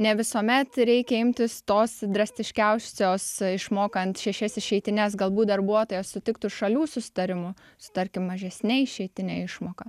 ne visuomet reikia imtis tos drastiškiausios išmokant šešias išeitines galbūt darbuotojas sutiktų šalių susitarimu su tarkim mažesne išeitine išmoka